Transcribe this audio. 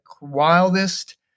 wildest